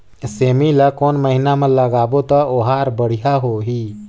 सेमी ला कोन महीना मा लगाबो ता ओहार बढ़िया होही?